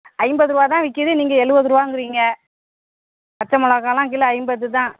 ஐம்பதுரூபா தான் விற்கிது நீங்கள் எழுவதுரூவாங்குறீங்க பச்சைமொளகாலாம் கிலோ ஐம்பது தான்